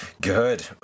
Good